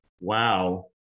wow